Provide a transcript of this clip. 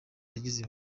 yagizwe